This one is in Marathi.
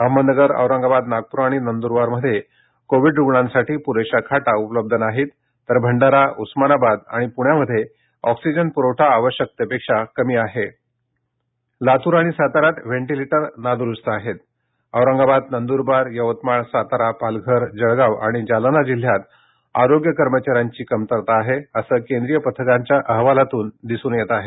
अहमदनगर औरंगाबाद नागपूर आणि नंद्रबारमध्ये कोविड रुग्णांसाठी पुरेशा खाटा उपलब्ध नाहीत तर भंडारा उस्मानाबाद आणि प्ण्यामध्ये ऑक्सीजन पुरवठा आवश्यकतेपेक्षा कमी आहे लातूर आणि साताऱ्यात व्हेंटीलेटर नाद्रुस्त आहेत औरंगाबाद नंद्रबार यवतमाळ सातारा पालघर जळगाव आणि जालना जिल्ह्यात आरोग्य कर्मचाऱ्यांची कमतरता आहे असं केंद्रीय पथकांच्या अहवालातून दिसून आलं आहे